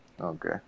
Okay